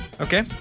Okay